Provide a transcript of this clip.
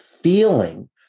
feeling